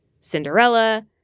Cinderella